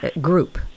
group